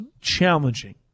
challenging